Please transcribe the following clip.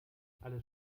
alles